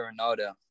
Ronaldo